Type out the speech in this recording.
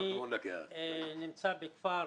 אני נמצא בכפר